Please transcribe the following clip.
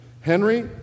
Henry